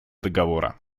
договора